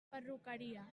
perruqueria